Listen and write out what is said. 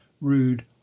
rude